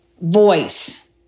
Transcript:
voice